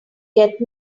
get